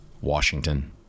Washington